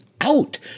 out